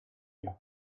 you